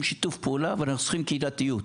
שיתוף פעולה ואנחנו צריכים קהילתיות.